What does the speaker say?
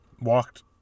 walked